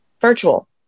virtual